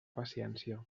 paciència